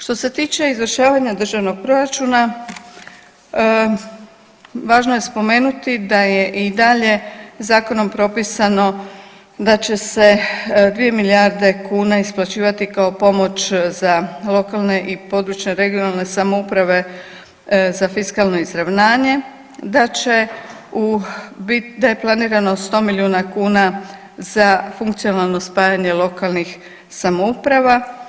Što se tiče izvršavanja državnog proračuna važno je spomenuti da je i dalje zakonom propisano da će se 2 milijarde kuna isplaćivati kao pomoć za lokalne i područne (regionalne) samouprave za fiskalno izravnanje, da će u bit, da je planirano 100 miliona kuna za funkcionalno spajanje lokalnih samouprava.